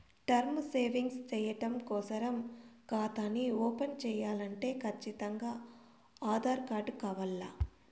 term savings చెయ్యడం కోసరం కాతాని ఓపన్ చేయాలంటే కచ్చితంగా ఆధార్ కార్డు కావాల్ల